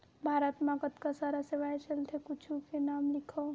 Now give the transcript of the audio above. भारत मा कतका सारा सेवाएं चलथे कुछु के नाम लिखव?